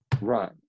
right